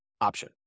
option